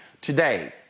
Today